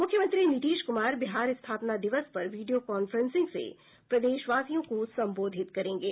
मुख्यमंत्री नीतीश कुमार बिहार स्थापना दिवस पर वीडियो कांफ्रेंसिंग से प्रदेशवासियों को संबोधित करेंगे